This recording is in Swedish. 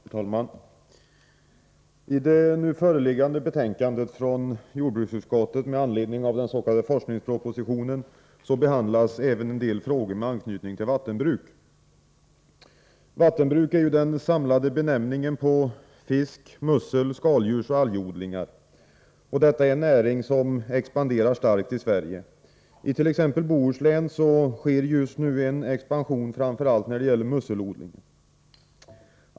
Herr talman! I det föreliggande betänkande från jordbruksutskottet med anledning av den s.k. forskningspropositionen behandlas även en del frågor med anknytning till vattenbruk. Vattenbruk är den samlande benämningen på fisk-, mussel-, skaldjursoch algodling. Detta är en näring som starkt expanderar i Sverige. I t.ex. Bohuslän sker just nu en expansion på framför allt musselsområdet.